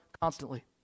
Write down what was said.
constantly